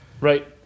Right